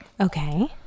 okay